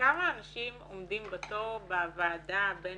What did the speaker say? כמה אנשים עומדים בתור בוועדה הבין